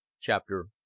Chapter